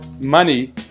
money